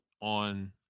on